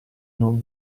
non